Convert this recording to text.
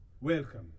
Welcome